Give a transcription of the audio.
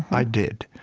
i did.